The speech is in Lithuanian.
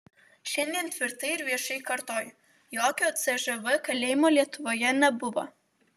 šiandien tvirtai ir viešai kartoju jokio cžv kalėjimo lietuvoje nebuvo